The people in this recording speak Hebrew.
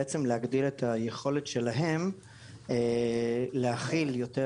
בעצם להגדיר את היכולת שלהם להכיל יותר